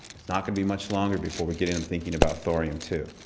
it's not gonna be much longer before we're getting them thinking about thorium too.